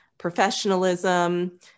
professionalism